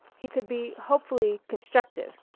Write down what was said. he could be hopefully constructive.